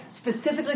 specifically